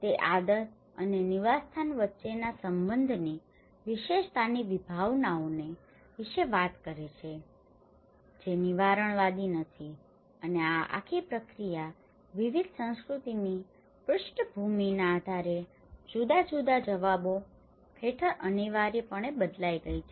તે આદત અને નિવાસસ્થાન વચ્ચેના સંબંધની વિશેષતાની વિભાવનાઓ વિશે વાત કરે છે જે નિવારણવાદી નથી અને આ આખી પ્રક્રિયા વિવિધ સંસ્કૃતિની પૃષ્ઠભૂમિના આધારે જુદા જુદા જવાબો હેઠળ અનિવાર્યપણે બદલાઈ ગઈ છે